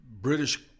British